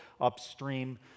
upstream